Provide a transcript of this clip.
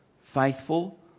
faithful